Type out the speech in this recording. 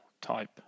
type